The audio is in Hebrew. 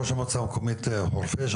ראש המועצה המקומית חורפיש,